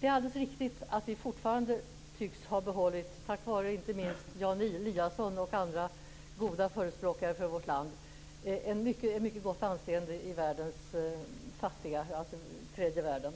Det är alldeles riktigt att vi tycks ha behållit, inte minst tack vare Jan Eliasson och andra goda förespråkare för vårt land, ett mycket gott anseende i tredje världen.